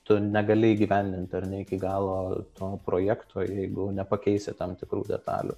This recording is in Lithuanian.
tu negali įgyvendint ar ne iki galo to projekto jeigu nepakeisi tam tikrų detalių